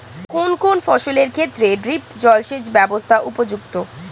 কোন কোন ফসলের ক্ষেত্রে ড্রিপ জলসেচ ব্যবস্থা উপযুক্ত?